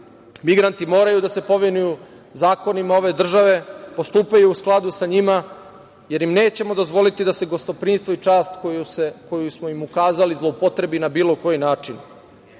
migranti moraju da se povinuju zakonima ove države, postupaju u skladu sa njima, jer im nećemo dozvoliti da se gostoprimstvo i čast koju smo im ukazali zloupotrebi na bilo koji način.